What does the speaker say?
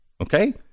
Okay